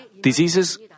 Diseases